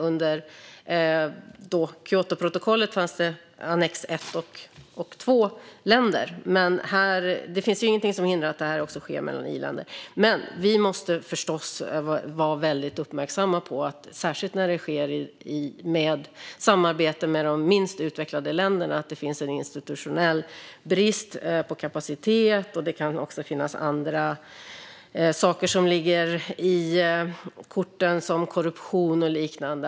Under Kyotoprotokollet fanns det annex 1-länder och annex 2-länder. Men det finns ingenting som hindrar att detta också sker mellan i-länder. Vi måste förstås vara väldigt uppmärksamma på att det, särskilt när det sker samarbete med de minst utvecklade länderna, finns en institutionell brist på kapacitet. Det kan också finnas andra saker som ligger i korten, som korruption och liknande.